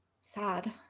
Sad